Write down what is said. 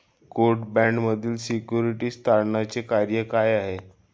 Court बाँडमधील securities तारणाचे कार्य काय आहे?